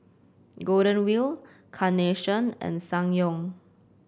Golden Wheel Carnation and Ssangyong